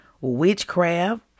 witchcraft